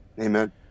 Amen